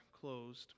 closed